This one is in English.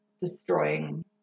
destroying